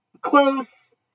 close